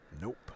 Nope